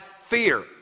fear